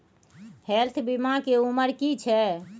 Health बीमा के उमर की छै?